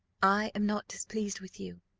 i am not displeased with you.